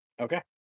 Okay